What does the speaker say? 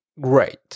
great